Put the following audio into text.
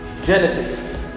Genesis